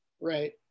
right